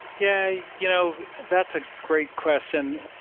yeah. you know that's a great question.